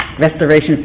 restoration